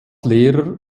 lehrer